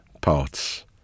parts